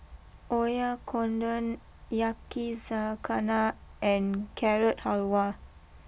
Oyakodon Yakizakana and Carrot Halwa